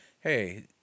hey